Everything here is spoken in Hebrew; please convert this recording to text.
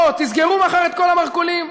או תסגרו מחר את כל המרכולים,